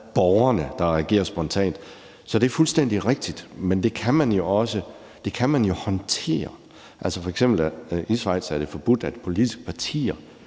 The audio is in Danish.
borgerne, der reagerer spontant. Så det er fuldstændig rigtigt, men det kan man jo håndtere. F.eks. er det i Schweiz forbudt, at politiske partier